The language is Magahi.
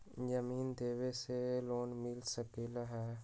जमीन देवे से लोन मिल सकलइ ह?